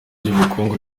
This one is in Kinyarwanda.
ry’ubukungu